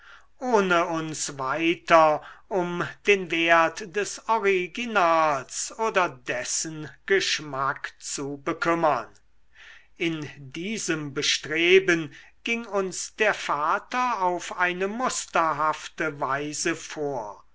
ohne uns weiter um den wert des originals oder dessen geschmack zu bekümmern in diesem bestreben ging uns der vater auf eine musterhafte weise vor